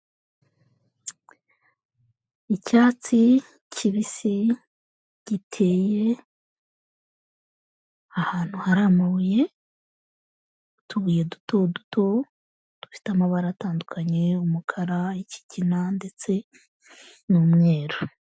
Icyatsi kibisi giteye ahantu hari amabuye, utubuye duto duto dufite amabara atandukanye, umukara, ikigina, ndetse n'umweru.